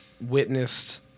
witnessed